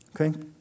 Okay